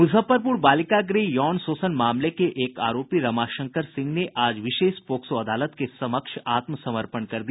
मूजफ्फरपूर बालिका गृह यौन शोषण मामले के एक आरोपी रमाशंकर सिंह ने आज विशेष पॉक्सो अदालत के समक्ष आत्मसमर्पण कर दिया